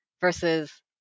versus